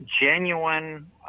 genuine